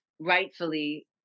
rightfully